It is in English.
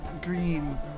green